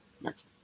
Next